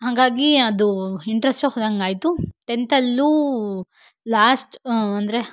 ಹಾಗಾಗಿ ಅದು ಇಂಟ್ರೆಸ್ಟೇ ಹೋದಂಗೆ ಆಯಿತು ಟೆಂತಲ್ಲೂ ಲಾಸ್ಟ್ ಅಂದರೆ